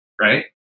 Right